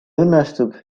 õnnestub